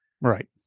Right